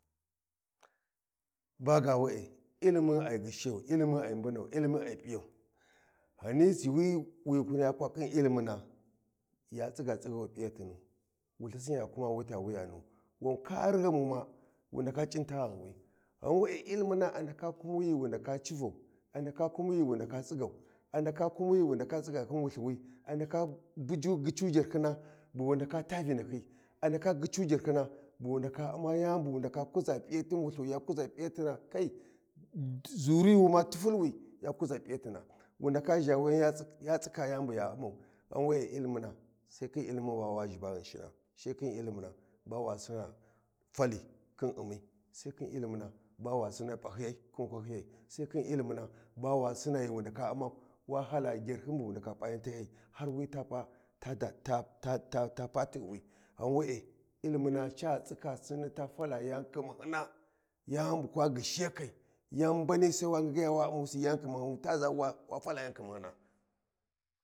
Ba ga we'e llimin ai gyishiyu ilimin ai mbunau lilimin ai p’iyan gani yuuwi wi ya kwa khin ilimina ya siga tsaghi wi piyatinu, wu lthisin ya kuma wita wuyanu wan kari ghamuma wun ka cinta ghanwi ghan we’e ilimuna a ndaka kuma ghi wu ndaka civau, a ndaka kumu ghi wu ndaka tsigau a ndaka kumu ghi wu ndaka tsiga khin wulthiwi a ndaka buju gyicu jarhyina bu wu ndaka taa vinahyi a ndaka gyin jarhyina bu wu ndaka umma yani bu wu ndaka kuza p’iyatin wulhu ya kuza p’iyatina kai. Zuri Yuma tifful wi ya kuza p’iyatina wu ndaka zha wuyan ya kuza tsi ya tsika yani buya ummau ghan wee ilimina sai khin ilimin ba wa zhiba ghinshina sai khin ilimina ba wa sinna fali khin ummi, sai khin ilimina sai khin iliminq bawa sina pahyiyai khin kwahyiya sai khin ilimina ba wa sina ghi wu ndaka umma wa pa jarhyin bu wu ndaka taa yan tahyiyai har wi ta pa tighiwi wee ilimina ca tsiba sinna ta fala yani khimahyina yanibukwa ghishiyakai yan mbani sai wa ngingiya wa ummusi yan khimshyun ta za waw a fala yani khimahyuna.